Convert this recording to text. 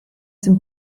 some